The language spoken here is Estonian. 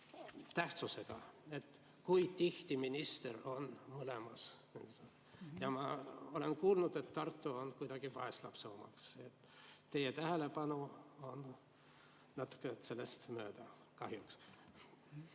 tähtsusega, kui tihti minister on mõlemas kohas. Ja ma olen kuulnud, et Tartu on kuidagi vaeslapse osas. Teie tähelepanu on natuke sellest mööda kahjuks.